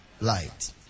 Light